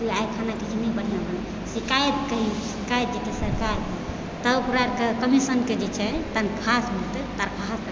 कहलकै आइ खाना कितना बढ़िआँ बनल शिकायत करि शिकायत जेतै सरकार लग तब ओकरा कमिशनके जे छै तनखाहसँ काटते